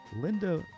Linda